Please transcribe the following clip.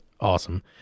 Awesome